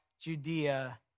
Judea